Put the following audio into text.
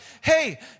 Hey